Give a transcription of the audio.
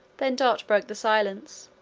then dot broke the silence.